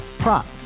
prop